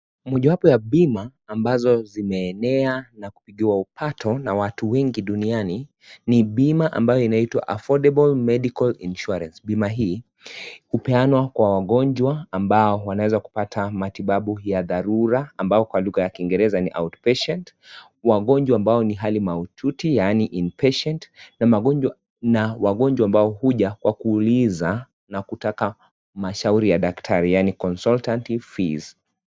Moja wapo wa bima ambazo zimeenea na kupigiwa upato na watu wengi duniani, ni bima ambayo inaitwa affordable medical insurance . Bima hii hupeanwa kwa wagonjwa ambao wanaweza kupata matibabu ya dharura ambao kwa lugha ya kingereza ni Outpatient , wagonjwa ambao ni hali mahututi yaani inpatient ,na magonjwa , na wagonjwa ambao huja kwa kuuliza kwa kutaka mashauri ya daktari yaani consultant fees .